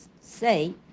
say